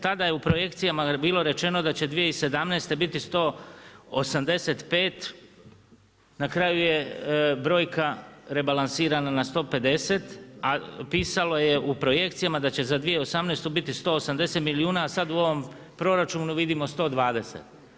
Tada je u projekcijama bilo rečeno da će 2017. biti 185, na kraju je brojka rebalansirana na 150 a pisalo je u projekcijama da će za 2018. biti 180 milijuna a sad u ovom proračunu vidimo 120.